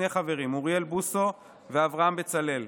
שני חברים: אוריאל בוסו ואברהם בצלאל,